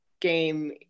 game